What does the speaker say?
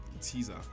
teaser